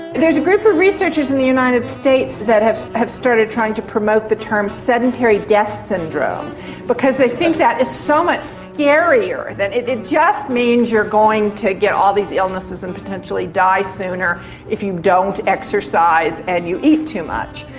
there's a group of researchers in the united states that have have started to try to promote the term sedentary death syndrome because they think that it's so much scarier. it just means you're going to get all these illnesses and potentially die sooner if you don't exercise and you eat too much.